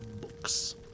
books